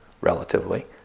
relatively